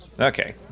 Okay